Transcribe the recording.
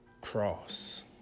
Cross